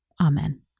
amen